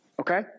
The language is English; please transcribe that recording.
Okay